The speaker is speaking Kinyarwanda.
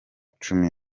cumi